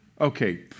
Okay